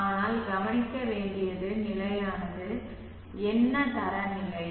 ஆனால் கவனிக்க வேண்டியது நிலையானது என்ன தரநிலை